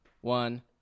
one